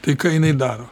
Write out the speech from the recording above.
tai ką jinai daro